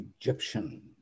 Egyptian